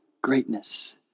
greatness